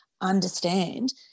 understand